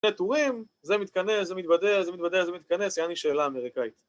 ‫שני תורים, זה מתכנס, זה מתבדר, ‫זה מתבדר, זה מתכנס, ‫יעני שאלה אמריקאית.